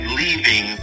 leaving